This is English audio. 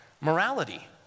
morality